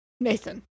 Nathan